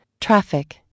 traffic